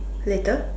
later